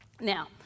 Now